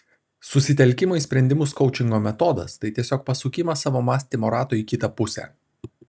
susitelkimo į sprendimus koučingo metodas tai tiesiog pasukimas savo mąstymo rato į kitą pusę